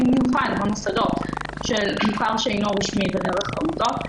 במיוחד במוסדות של מוכר שאינו רשמי והעסקה דרך עמותות,